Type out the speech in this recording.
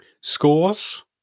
scores